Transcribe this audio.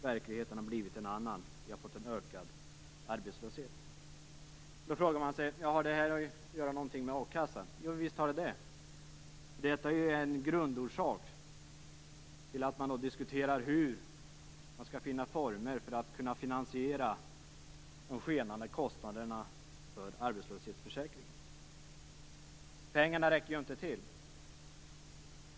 Verkligheten har blivit en annan. Vi har fått en ökad arbetslöshet. Man frågar sig då om det här har någonting att göra med a-kassan. Jo visst är det så. Detta är en grundorsak till att man diskuterar hur man skall finna former för finansiering av de skenande kostnaderna för arbetslöshetsförsäkringen. Pengarna räcker ju inte till.